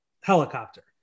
helicopter